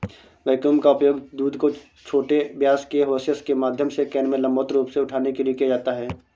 vacuum का उपयोग दूध को छोटे व्यास के होसेस के माध्यम से कैन में लंबवत रूप से उठाने के लिए किया जाता है